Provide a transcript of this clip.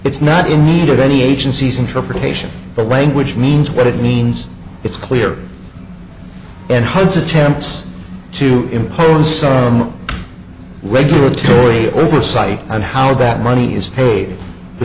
it's not in need of any agency's interpretation but language means what it means it's clear and hunts attempts to importance to him regulatory oversight and how that money is paid the